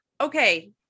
Okay